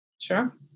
Sure